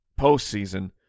postseason